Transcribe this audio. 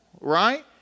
right